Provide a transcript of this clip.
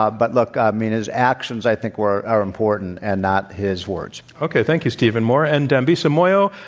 ah but, look, i mean, his actions i think were are important and not his words. okay. thank you, stephen moore. and dambisa moyo,